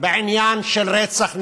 בעניין של רצח נשים,